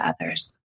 others